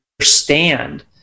understand